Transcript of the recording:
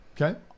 Okay